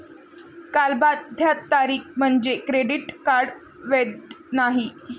कालबाह्यता तारीख म्हणजे क्रेडिट कार्ड वैध नाही